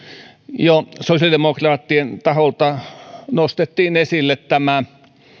jo sosiaalidemokraattien taholta nostettiin esille tämä